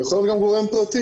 יכול להיות גם גורם פרטי.